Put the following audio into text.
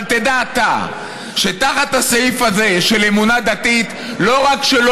אבל תדע אתה שתחת הסעיף הזה של אמונה דתית לא רק שלא